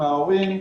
מן ההורים.